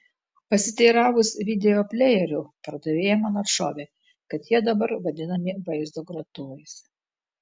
pasiteiravus videoplejerių pardavėja man atšovė kad jie dabar vadinami vaizdo grotuvais